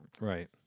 Right